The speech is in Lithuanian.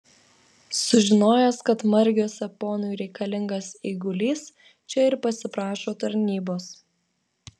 sužinojęs kad margiuose ponui reikalingas eigulys čia ir pasiprašo tarnybos